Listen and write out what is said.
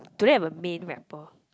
do they have a main rapper